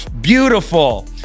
beautiful